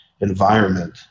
environment